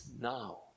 now